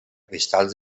cristalls